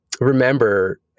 remember